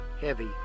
Heavy